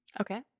Okay